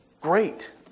great